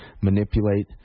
manipulate